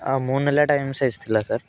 ଆଉ ମୁଁ ନେଲେ ଏଇଟା ଏମ ସାଇଜ ଥିଲା ସାର୍